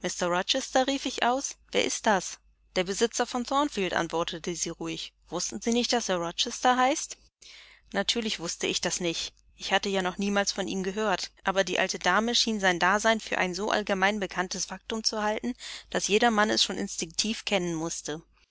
rief ich aus wer ist das der besitzer von thornfield antwortete sie ruhig wußten sie nicht daß er rochester heißt natürlich wußte ich das nicht ich hatte ja noch niemals von ihm gehört aber die alte dame schien sein dasein für ein so allgemein bekanntes faktum zu halten daß jedermann es schon instinktiv kennen mußte